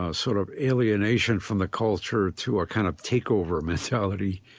ah sort of alienation from the culture to a kind of takeover mentality,